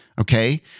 Okay